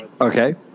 Okay